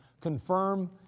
confirm